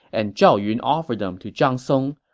and zhao yun offered them to zhang song.